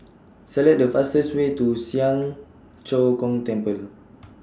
Select The fastest Way to Siang Cho Keong Temple